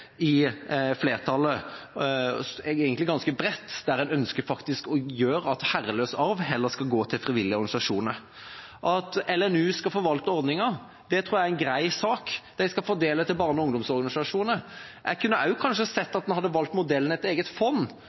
ganske bredt flertall faktisk ønsker at herreløs arv heller skal gå til frivillige organisasjoner. At LNU skal forvalte ordninga, tror jeg er en grei sak. De skal fordele til barne- og ungdomsorganisasjoner. Jeg kunne også kanskje ha sett at en kunne valgt modellen med et eget fond